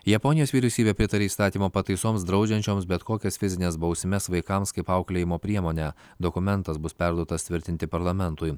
japonijos vyriausybė pritarė įstatymo pataisoms draudžiančioms bet kokias fizines bausmes vaikams kaip auklėjimo priemonę dokumentas bus perduotas tvirtinti parlamentui